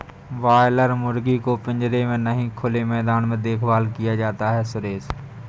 boiler मुर्गी को पिंजरे में नहीं खुले मैदान में देखभाल किया जाता है सुरेश